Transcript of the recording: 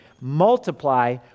Multiply